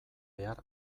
behar